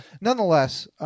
nonetheless –